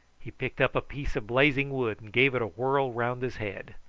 he picked up a piece of blazing wood and gave it a whirl round his head.